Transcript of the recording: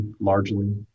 largely